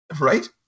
right